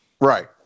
right